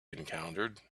encountered